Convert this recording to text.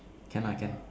can I can